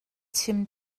chim